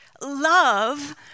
Love